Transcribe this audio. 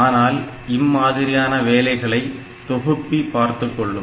ஆனால் இம்மாதிரியான வேலைகளை தொகுப்பி பார்த்துக்கொள்ளும்